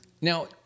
now